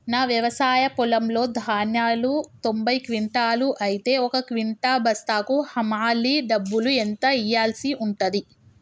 నా వ్యవసాయ పొలంలో ధాన్యాలు తొంభై క్వింటాలు అయితే ఒక క్వింటా బస్తాకు హమాలీ డబ్బులు ఎంత ఇయ్యాల్సి ఉంటది?